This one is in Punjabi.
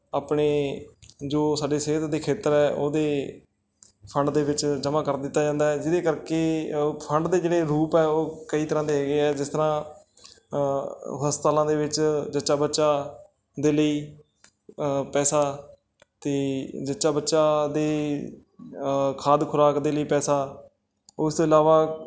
ਆਪਣੇ ਜੋ ਸਾਡੇ ਸਿਹਤ ਦੇ ਖੇਤਰ ਹੈ ਉਸ ਦੇ ਫੰਡ ਦੇ ਵਿੱਚ ਜਮ੍ਹਾ ਕਰ ਦਿੱਤਾ ਜਾਂਦਾ ਹੈ ਜਿਸ ਦੇ ਕਰਕੇ ਫੰਡ ਦੇ ਜਿਹੜੇ ਰੂਪ ਹੈ ਉਹ ਕਈ ਤਰ੍ਹਾਂ ਦੇ ਹੈਗੇ ਹੈ ਜਿਸ ਤਰ੍ਹਾਂ ਹਸਪਤਾਲਾਂ ਦੇ ਵਿੱਚ ਜੱਚਾ ਬੱਚਾ ਦੇ ਲਈ ਪੈਸਾ ਅਤੇ ਜੱਚਾ ਬੱਚਾ ਦੇ ਖ਼ਾਦ ਖੁਰਾਕ ਦੇ ਲਈ ਪੈਸਾ ਉਸ ਤੋਂ ਇਲਾਵਾ